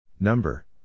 Number